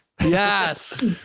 Yes